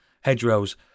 Hedgerows